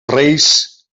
reis